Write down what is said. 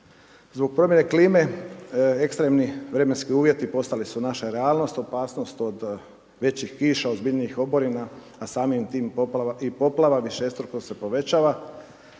Zbog promijene klime, ekstremni vremenski uvjeti postali su naša realnost, opasnost od većih kiša, ozbiljnijih oborina, a samim tim i poplava, višestruko se povećava.